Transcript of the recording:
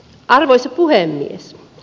arvoisa puhemies